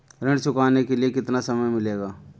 ऋण चुकाने के लिए कितना समय मिलेगा?